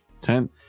Ten